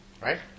right